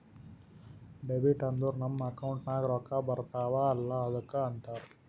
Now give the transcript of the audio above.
debit ಅಂದುರ್ ನಮ್ account ನಾಗ್ ರೊಕ್ಕಾ ಬರ್ತಾವ ಅಲ್ಲ ಅದ್ದುಕ ಅಂತಾರ್